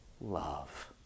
love